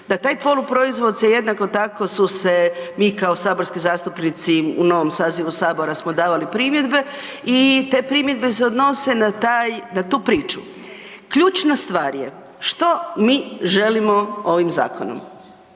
Na taj poluproizvod se jednako tako su se, mi kao saborski zastupnici u novom sazivu sabora smo davali primjedbe i te primjedbe se odnose na taj, na tu priču. Ključna stvar je što mi želimo ovim zakonom?